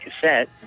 cassette